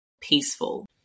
peaceful